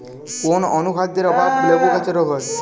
কোন অনুখাদ্যের অভাবে লেবু গাছের রোগ হয়?